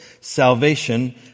salvation